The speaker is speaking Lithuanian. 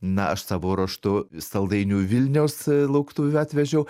na aš savo ruožtu saldainių vilniaus lauktuvių atvežiau